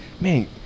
man